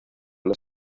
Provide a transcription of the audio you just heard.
las